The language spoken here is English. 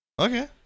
Okay